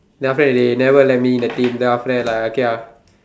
then after that they never let me in the team then after that like I okay ah